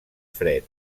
fred